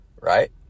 Right